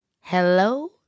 Hello